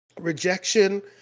rejection